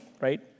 right